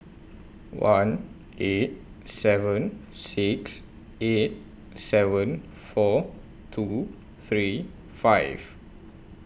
one eight seven six eight seven four two three five